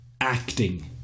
Acting